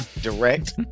Direct